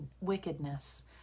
wickedness